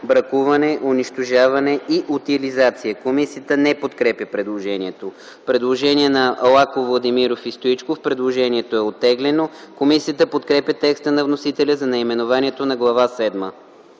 бракуване, унищожаване и утилизация”. Комисията не подкрепя предложението. Предложение на Лаков, Владимиров и Стоичков – предложението е оттеглено. Комисията подкрепя текста на вносителя за наименованието на Глава